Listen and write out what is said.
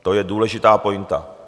To je důležitá pointa.